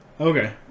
Okay